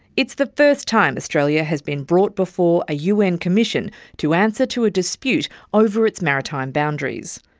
it's the first time australia has been brought before a un commission to answer to a dispute over its maritime boundaries.